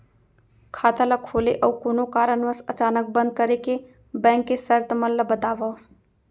खाता ला खोले अऊ कोनो कारनवश अचानक बंद करे के, बैंक के शर्त मन ला बतावव